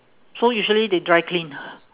so usually they dry clean ah